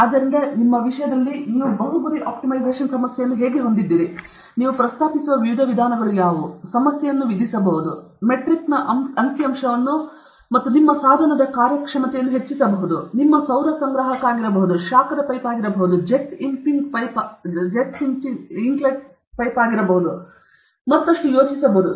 ಆದ್ದರಿಂದ ನಿಮ್ಮ ಈ ವಿಷಯದಲ್ಲಿ ನೀವು ಬಹು ಗುರಿ ಆಪ್ಟಿಮೈಸೇಶನ್ ಸಮಸ್ಯೆಯನ್ನು ಹೇಗೆ ಹೊಂದಿದ್ದೀರಿ ನೀವು ಪ್ರಸ್ತಾಪಿಸುವ ವಿವಿಧ ವಿಧಾನಗಳು ಯಾವುವು ಇದರಲ್ಲಿ ನೀವು ಸಮಸ್ಯೆಯನ್ನು ವಿಧಿಸಬಹುದು ಅಥವಾ ನೀವು ಮೆಟ್ರಿಕ್ನ ಅಂಕಿ ಅಂಶವನ್ನು ಮತ್ತು ನಿಮ್ಮ ಸಾಧನದ ಕಾರ್ಯಕ್ಷಮತೆಯನ್ನು ಅದು ನಿಮ್ಮ ಸೌರ ಸಂಗ್ರಾಹಕ ಆಗಿರಬಹುದು ಅದು ಶಾಖದ ಪೈಪ್ ಆಗಿರಬಹುದು ಅಥವಾ ಅದು ಜೆಟ್ ಇಂಪಿಂಗ್ ಜೆಟ್ ಆಗಿರಬಹುದು ನಾವು ಇದನ್ನು ಮತ್ತಷ್ಟು ಯೋಚಿಸಬಹುದು